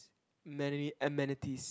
many amenities